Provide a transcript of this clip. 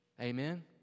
Amen